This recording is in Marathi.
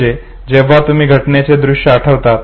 म्हणजे जेव्हा तुम्ही घटनेचे दृश्य आठवितात